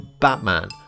Batman